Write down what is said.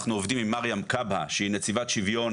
אנחנו עובדים עם מרים קאבהה שהיא נציבת שוויון